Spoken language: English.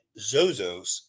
Zozos